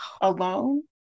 alone